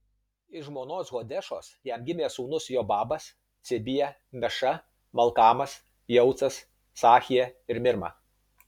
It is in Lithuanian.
iš žmonos hodešos jam gimė sūnūs jobabas cibija meša malkamas jeucas sachija ir mirma